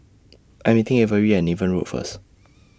I Am meeting Averi At Niven Road First